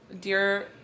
dear